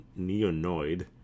Neonoid